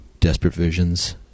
DesperateVisions